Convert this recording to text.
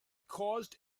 caused